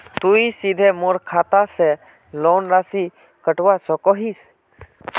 तुई सीधे मोर खाता से लोन राशि कटवा सकोहो हिस?